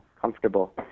comfortable